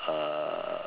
uh